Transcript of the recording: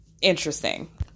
interesting